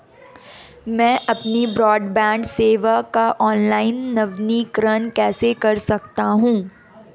मैं अपनी ब्रॉडबैंड सेवा का ऑनलाइन नवीनीकरण कैसे कर सकता हूं?